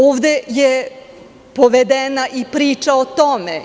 Ovde je povedena i priča o tome.